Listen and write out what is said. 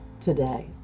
today